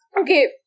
Okay